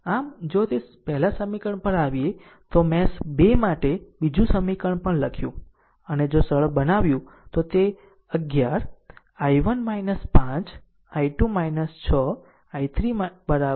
આમ જો તે પહેલા સમીકરણ પર આવીએ તો મેશ 2 માટે બીજું સમીકરણ પણ લખ્યું અને જો સરળ બનાવ્યું તો તે 11 I1 5 I2 6 I3 12